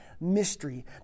mystery